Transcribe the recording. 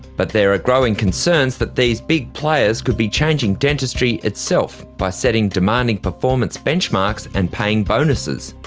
but there are growing concerns that these big players could be changing dentistry itself, by setting demanding performance benchmarks and paying bonuses.